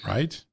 Right